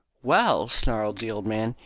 well! snarled the old man.